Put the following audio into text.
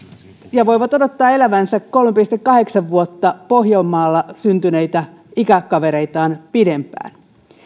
ja voivat odottaa elävänsä kolme pilkku kahdeksan vuotta etelä savossa syntyneitä ikäkavereitaan pidempään